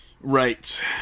Right